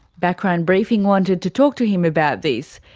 background briefing wanted to talk to him about this,